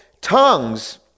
tongues